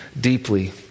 deeply